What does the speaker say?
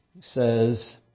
says